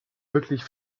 wirklich